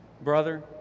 Brother